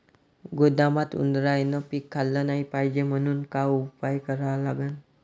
गोदामात उंदरायनं पीक खाल्लं नाही पायजे म्हनून का उपाय करा लागन?